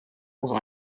will